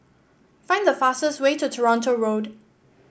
find the fastest way to Toronto Road